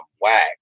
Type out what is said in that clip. whack